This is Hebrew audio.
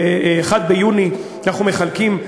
ב-1 ביוני אנחנו מחלקים,